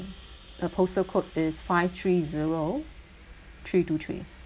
the postal code is five three zero three two three